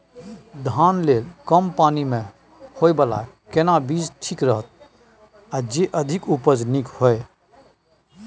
धान लेल कम पानी मे होयबला केना बीज ठीक रहत आर जे अधिक उपज नीक होय?